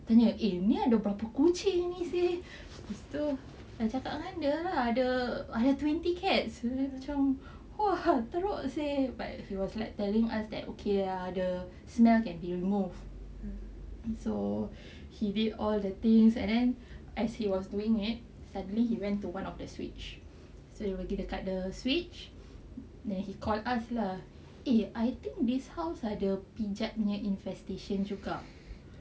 tanya eh ni ada berapa kucing ni seh lepas tu I cakap dengan dia lah ada ada twenty cats dia macam !wah! teruk seh but he was like telling us that err okay ah the smell can be removed so he did all the things and then as he was doing it suddenly he went to one of the switch so dia pergi dekat switch then he call us lah say eh I think this house ada pijat punya infestation juga